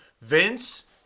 Vince